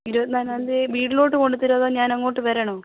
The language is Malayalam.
ഇരുപത്തി നാലാം തീയതി വീട്ടിലോട്ട് കൊണ്ടുതരുമോ അതോ ഞാൻ അങ്ങോട്ട് വരണോ